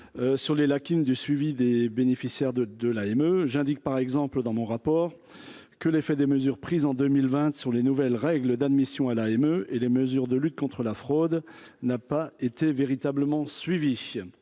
sur les lacunes du suivi des bénéficiaires de de l'AME j'indique par exemple dans mon rapport que l'effet des mesures prises en 2020 sur les nouvelles règles d'admission à la émeut et les mesures de lutte contre la fraude n'a pas été véritablement suivi,